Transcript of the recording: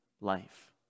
life